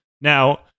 Now